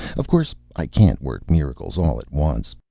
of course i can't work miracles all at once.